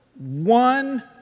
one